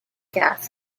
gas